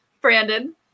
Brandon